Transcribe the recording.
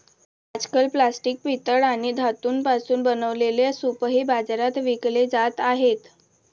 आजकाल प्लास्टिक, पितळ आदी धातूंपासून बनवलेले सूपही बाजारात विकले जात आहेत